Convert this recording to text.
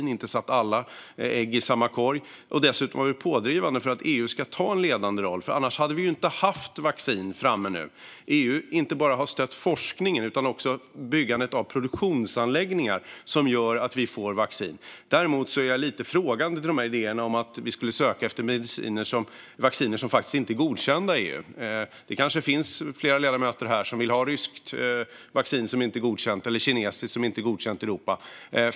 Vi har inte lagt alla ägg i samma korg. Dessutom har vi varit pådrivande för att EU ska ta en ledande roll. Annars hade vi inte haft vaccin framme nu. EU har inte bara stött forskningen utan också byggandet av produktionsanläggningar som gör att vi får vaccin. Däremot är jag lite frågande till idéerna om att vi skulle söka efter vacciner som inte är godkända i EU. Det kanske finns flera ledamöter här som vill ha ryskt vaccin som inte är godkänt eller kinesiskt som inte är godkänt i Europa.